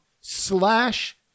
slash